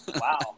wow